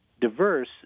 diverse